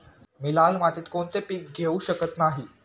मी लाल मातीत कोणते पीक घेवू शकत नाही?